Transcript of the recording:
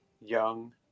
young